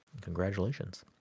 Congratulations